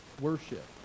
worship